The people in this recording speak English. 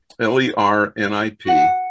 L-E-R-N-I-P